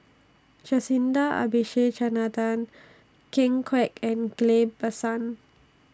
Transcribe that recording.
Jacintha Abisheganaden Ken Kwek and Ghillie BaSan